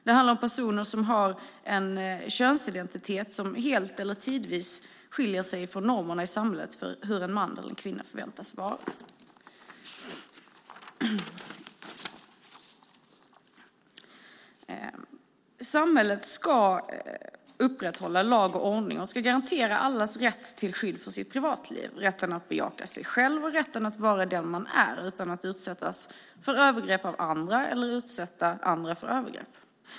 Det handlar om personer som har en könsidentitet som helt eller delvis skiljer sig från normerna i samhället för hur en man eller kvinna förväntas vara. Samhället ska upprätthålla lag och ordning. Man ska garantera alls rätt till skydd för sitt privatliv - rätten att bejaka sig själv och vara den man är utan att utsättas för övergrepp av andra eller utsätta andra för övergrepp.